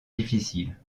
difficiles